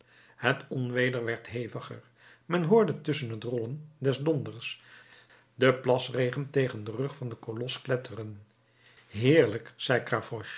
het onweder werd heviger men hoorde tusschen het rollen des donders den plasregen tegen den rug van den kolos kletteren heerlijk zei